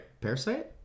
Parasite